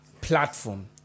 platform